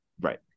right